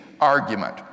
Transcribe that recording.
argument